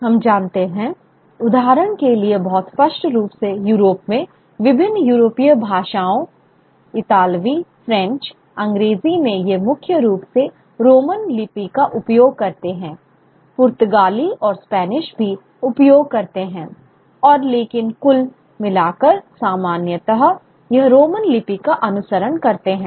हम जानते हैं उदाहरण के लिए बहुत स्पष्ट रूप से यूरोप में विभिन्न यूरोपीय भाषाओं इतालवी फ्रेंच अंग्रेजी में वे मुख्य रूप से रोमन लिपि का उपयोग करते हैं पुर्तगाली और स्पैनिश भी उपयोग करते हैं और लेकिन कुल मिलाकर सामान्यतः यह रोमन लिपि का अनुसरण करते हैं